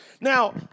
Now